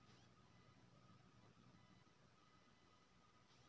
भिंडी के जईर के कमबै के लेल कोन मसीन व औजार होय छै?